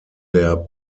der